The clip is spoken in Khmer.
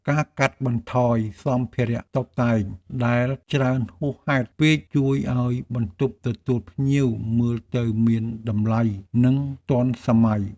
ការកាត់បន្ថយសម្ភារៈតុបតែងដែលច្រើនហួសហេតុពេកជួយឱ្យបន្ទប់ទទួលភ្ញៀវមើលទៅមានតម្លៃនិងទាន់សម័យ។